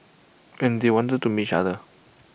and they wanted to meet each other